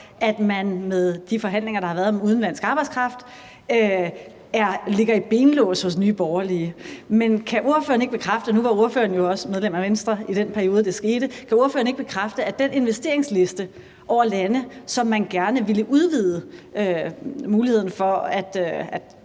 at man med de forhandlinger, der har været om udenlandsk arbejdskraft, ligger i benlås hos Nye Borgerlige. Men kan ordføreren ikke bekræfte – og nu var ordføreren jo også medlem af Venstre